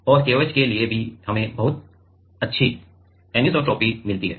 और KOH के लिए भी हमें बहुत अच्छी अनिसोट्रॉपी मिलती है